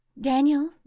Daniel